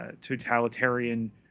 totalitarian